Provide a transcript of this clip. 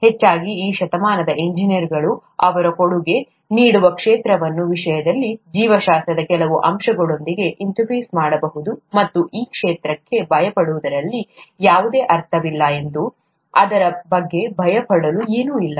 ಹೆಚ್ಚಾಗಿ ಈ ಶತಮಾನದ ಎಂಜಿನಿಯರ್ಗಳು ಅವರು ಕೊಡುಗೆ ನೀಡುವ ಕ್ಷೇತ್ರದ ವಿಷಯದಲ್ಲಿ ಜೀವಶಾಸ್ತ್ರದ ಕೆಲವು ಅಂಶಗಳೊಂದಿಗೆ ಇಂಟರ್ಫೇಸ್ ಮಾಡಬಹುದು ಮತ್ತು ಆ ಕ್ಷೇತ್ರಕ್ಕೆ ಭಯಪಡುವುದರಲ್ಲಿ ಯಾವುದೇ ಅರ್ಥವಿಲ್ಲ ಮತ್ತು ಅದರ ಬಗ್ಗೆ ಭಯಪಡಲು ಏನೂ ಇಲ್ಲ